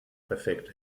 perfekt